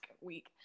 week